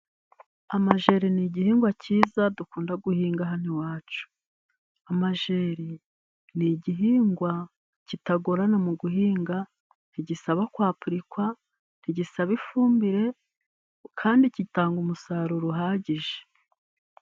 Amajeri ni igihingwa cyiza dukunda guhinga hano iwacu. Amajeri ni igihingwa kitagorana mu guhinga, ntigisaba kwapurikwa, ntigisaba ifumbire, kandi gitanga umusaruro uhagije.